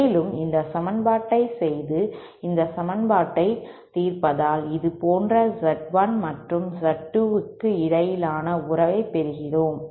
மேலும் இந்த சமன்பாட்டைச் செய்து இந்த சமன்பாட்டை தீர்ப்பதில் இது போன்ற Z1 மற்றும் Z 2 க்கு இடையிலான உறவைப் பெறுகிறோம்